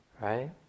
right